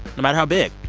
no matter how big,